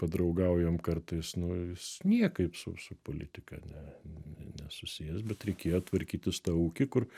padraugaujam kartais nu jis niekaip su su politika ne nesusijęs bet reikėjo tvarkytis tą ūkį kur